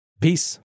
Peace